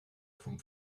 vom